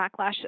backlash